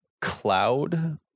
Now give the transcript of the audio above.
cloud